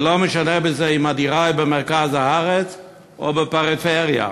ולא משנה אם הדירה היא במרכז הארץ או בפריפריה,